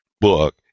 book